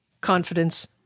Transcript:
confidence